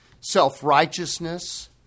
Self-righteousness